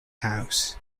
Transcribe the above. house